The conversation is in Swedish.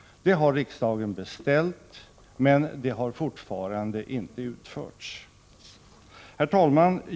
Det har riksdagen beställt, men det har fortfarande inte utförts. Herr talman!